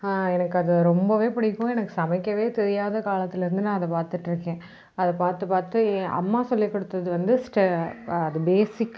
எனக்கு அது ரொம்பவே பிடிக்கும் எனக்கு சமைக்கவே தெரியாத காலத்திலேந்து நான் அதை பார்த்துட்ருக்கேன் அதை பார்த்து பார்த்து பார்த்து அம்மா சொல்லிக்கொடுத்தது வந்து ஸ்ட அது பேசிக்